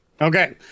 Okay